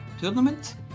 tournament